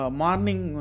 morning